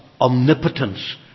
omnipotence